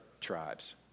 tribes